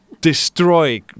destroy